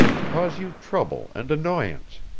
cause you trouble and annoyance,